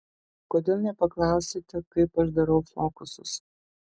kodėl nepaklausėte kaip aš darau fokusus